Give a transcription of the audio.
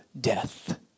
death